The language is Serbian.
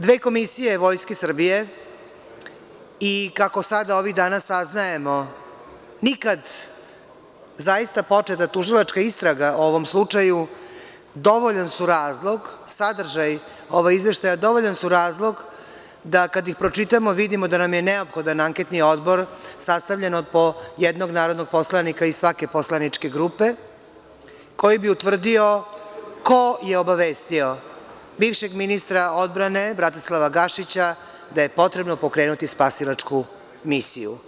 Dve komisije Vojske Srbije i, kako sada ovih dana saznajemo, nikad zaista početa tužilačka istraga o ovom slučaju, sadržaj ovog izveštaja, dovoljan su razlog da kad ih pročitamo vidimo da nam je neophodan anketni odbor sastavljen od po jednog narodnog poslanika iz svake poslaničke grupe, koji bi utvrdio ko je obavestio bivšeg ministra odbrane Bratislava Gašića da je potrebno pokrenuti spasilačku misiju.